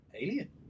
alien